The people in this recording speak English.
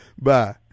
Bye